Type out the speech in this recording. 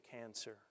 cancer